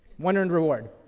one earned reward.